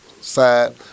side